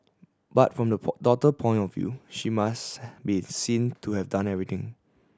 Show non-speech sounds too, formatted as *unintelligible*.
but from the *unintelligible* daughter point of view she must be seen to have done everything